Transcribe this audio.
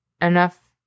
enough